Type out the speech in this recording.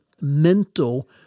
mental